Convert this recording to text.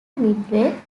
midway